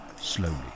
slowly